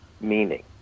meaning